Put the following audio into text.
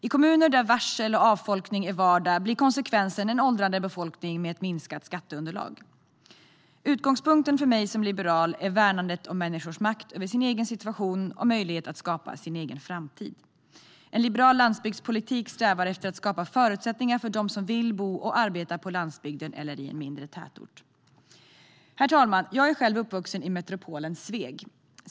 I kommuner där varsel och avfolkning är vardag blir konsekvensen en åldrande befolkning och ett minskat skatteunderlag. Utgångspunkten för mig som liberal är värnandet av människors makt över sin egen situation och möjlighet att skapa sin egen framtid. En liberal landsbygdspolitik strävar efter att skapa förutsättningar för dem som vill bo och arbeta på landsbygden eller i mindre tätorter. Herr talman! Jag är själv uppvuxen i metropolen Sveg.